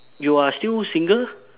you are still single